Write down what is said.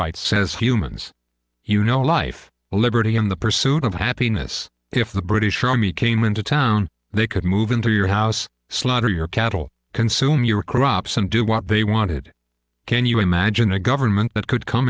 rights says humans you know life liberty and the pursuit of happiness if the british army came into town they could move into your house slaughter your cattle consume your crops and do what they wanted can you imagine a government that could come